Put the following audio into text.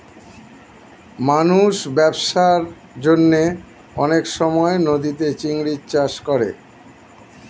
মানুষ ব্যবসার জন্যে অনেক সময় নদীতে চিংড়ির চাষ করে